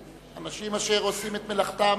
אנשים אשר עושים את מלאכתם